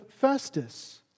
Festus